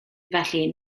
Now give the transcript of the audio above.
felly